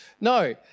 No